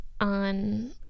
on